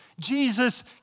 Jesus